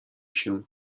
się